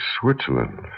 Switzerland